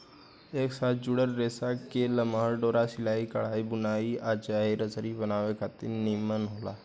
एक साथ जुड़ल रेसा के लमहर डोरा सिलाई, कढ़ाई, बुनाई आ चाहे रसरी बनावे खातिर निमन होला